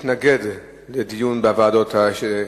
מתנגד לדיון בוועדות שאמרנו.